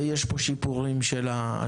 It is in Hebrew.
ויש פה שיפורים של ההשקעה,